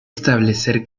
establecer